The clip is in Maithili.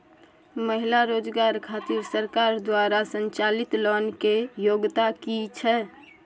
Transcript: महिला रोजगार खातिर सरकार द्वारा संचालित लोन के योग्यता कि छै?